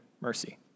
mercy